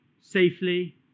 safely